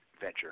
venture